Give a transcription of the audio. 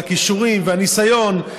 הכישורים והניסיון,